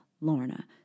Lorna